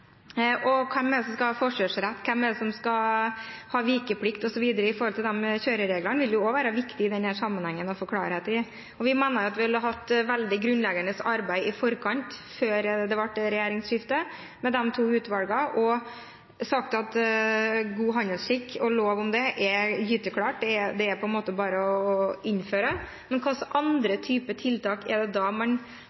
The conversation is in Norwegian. Og hvem er det som skal ha forkjørsrett, hvem er det som skal ha vikeplikt, osv.? De kjørereglene vil det jo også være viktig i denne sammenhengen å få klarhet i. Vi mener jo at vi har hatt et veldig grunnleggende arbeid i forkant, før det ble regjeringsskifte – med de to utvalgene – og sagt at lov om god handelsskikk er gryteklart, at det bare er å innføre. Hvilke løsninger er det man ikke fanger opp i dette, og hva er det man da